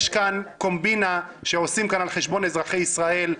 יש כאן קומבינה שעושים על חשבון אזרחי ישראל.